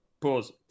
Pause